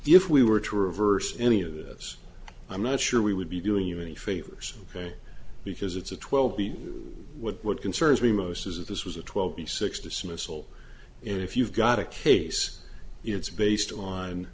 if we were to reverse any of this i'm not sure we would be doing you any favors ok because it's a twelve the what concerns me most is that this was a twelve b six dismissal and if you've got a case it's based on